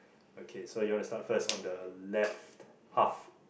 okay so you want to start first on the left half